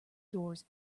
doors